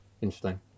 Interesting